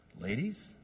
Ladies